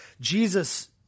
jesus